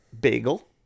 Bagel